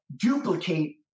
duplicate